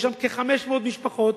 יש שם כ-500 משפחות